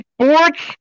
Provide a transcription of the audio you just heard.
sports